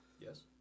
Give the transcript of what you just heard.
Yes